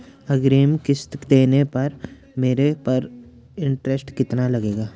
अग्रिम किश्त देने पर मेरे पर इंट्रेस्ट कितना लगेगा?